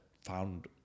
found